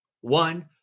one